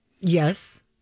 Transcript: Yes